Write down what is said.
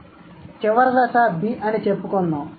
కాబట్టి చివరి దశ B అని చెప్పుకుందాం